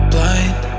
Blind